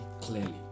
clearly